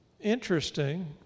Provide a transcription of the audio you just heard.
Interesting